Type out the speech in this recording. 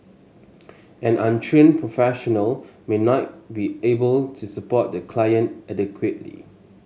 an untrained professional might not be able to support the client adequately